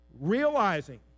realizing